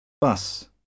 Bus